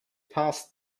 passed